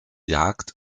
jagd